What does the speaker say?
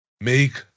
make